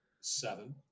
seven